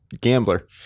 gambler